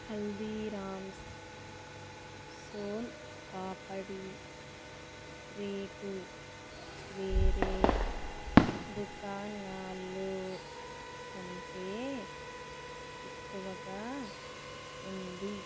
Haldiram's soan papdi rate వేరే దుకాణాల్లోకంటే ఎక్కువగా ఉంది